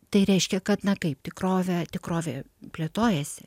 tai reiškia kad na kaip tikrovė tikrovė plėtojasi